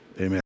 Amen